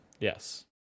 Yes